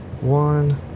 one